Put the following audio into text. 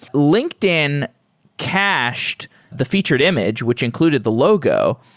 linkedin cached the featured image, which included the logo.